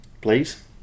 Please